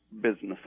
businesses